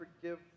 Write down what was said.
forgive